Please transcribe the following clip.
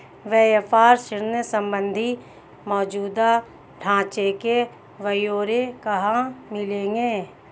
व्यापार ऋण संबंधी मौजूदा ढांचे के ब्यौरे कहाँ मिलेंगे?